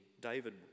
David